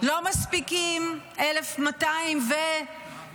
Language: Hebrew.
לא מספיקים 1,200 ויותר